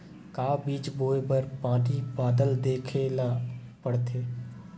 का बीज बोय बर पानी बादल देखेला पड़थे?